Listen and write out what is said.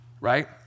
right